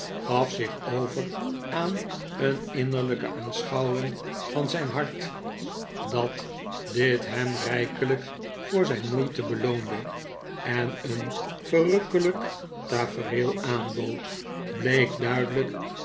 gaf zich over aan een innerlijke aanschouwing van zijn hart dat dit hem rijkelijk voor zijn moeite beloonde en een verrukkelijk tafereel aanbood bleek duidelijk